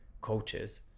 coaches